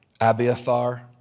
Abiathar